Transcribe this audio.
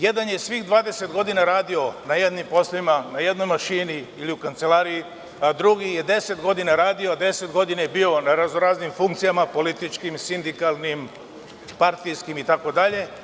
Jedan je svih 20 godina radio na jednim poslovima, na jednoj mašini ili u kancelariji, a drugi je 10 godina radio, 10 godina je bio na raznoraznim funkcijama, političkim, sindikalnim, partijskim itd.